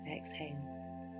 exhale